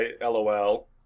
LOL